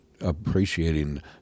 appreciating